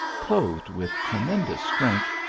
clothed with tremendous strength,